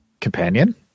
Companion